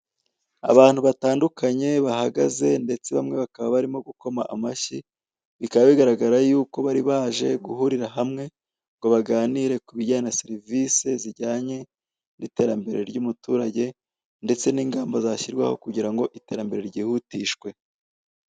Abantu batandukanye bahagaze ndetse bamwe bakaba barimo gukoma amashyi, bikaba bigaragara yuko bari baje guhurira hamwe ngo baganire ku bijyanye na serivise zijyanye n'iterambere ry'umuturage ndetse n'ingamba zashyirwaho kugira ngo iterambere ryihutishwe.